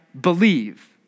believe